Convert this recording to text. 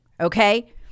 okay